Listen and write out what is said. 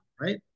right